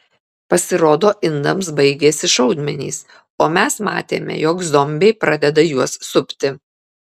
pasirodo indams baigėsi šaudmenys o mes matėme jog zombiai pradeda juos supti